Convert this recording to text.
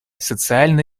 социально